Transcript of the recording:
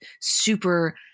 super